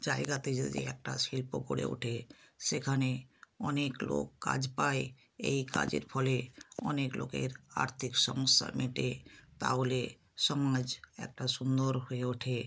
জায়গাতে যদি একটা শিল্প গড়ে ওঠে সেখানে অনেক লোক কাজ পায় এই কাজের ফলে অনেক লোকের আর্থিক সমস্যা মেটে তাহলে সমাজ একটা সুন্দর হয়ে ওঠে